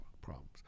problems